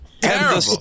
Terrible